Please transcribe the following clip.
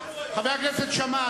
חבר הכנסת שאמה,